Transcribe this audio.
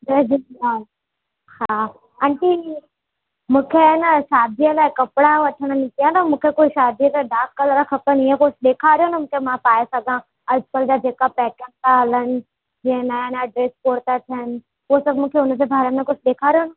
जय झूलेलाल हा आंटी मूंखे आहे न शादीअ लाइ कपिड़ा वठिण निकिती आहियां न मूंखे कोई शादीअ लाइ डार्क कलर खपनि इअं कुझु ॾेखारियो न मूंखे मां पाए सघां अजुकल्ह जा जेका पैटन था हलनि जीअं नवां नवां ड्रेस कोड था थियनि उहो सभु मूंखे हुनजे बारे में कुझु ॾेखारियो न